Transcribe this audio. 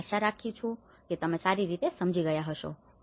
હું આશા રાખું છું કે તમે સારી રીતે સમજ્યા હશો